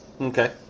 Okay